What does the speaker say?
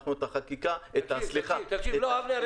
אנחנו את -- לא אבנר,